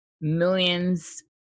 millions